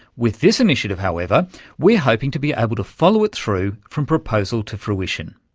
with this initiative however we're hoping to be able to follow it through from proposal to fruition.